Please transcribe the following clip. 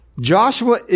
Joshua